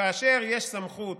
כאשר יש סמכות